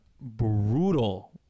brutal